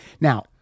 Now